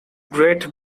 great